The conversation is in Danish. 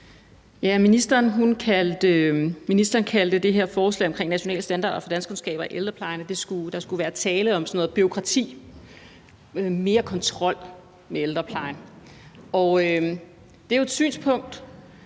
Ministeren kaldte det her forslag om nationale standarder for danskkundskaber i ældreplejen for en bureaukratisk løsning med mere kontrol med ældreplejen. Det er jo et synspunkt,